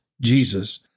Jesus